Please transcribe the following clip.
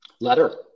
Letter